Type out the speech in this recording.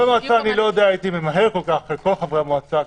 לא הייתי ממהר כל כך לכל חברי המועצה.